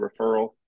referral